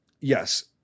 yes